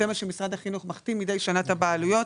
זה מה שמשרד החינוך מחתים מידי שנה את הבעלויות